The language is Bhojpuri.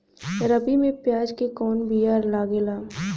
रबी में प्याज के कौन बीया लागेला?